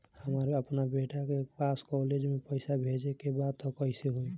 हमरा अपना बेटा के पास कॉलेज में पइसा बेजे के बा त कइसे होई?